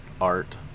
art